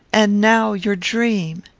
and now your dream!